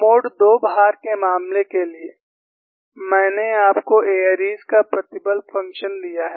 mode 2 भार के मामले के लिए मैंने आपको एयरी Airy's का प्रतिबल फ़ंक्शन दिया है